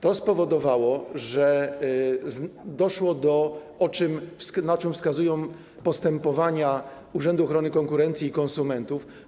To spowodowało, że doszło do zmów cenowych, na co wskazują postępowania Urzędu Ochrony Konkurencji i Konsumentów.